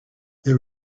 they